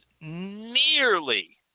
nearly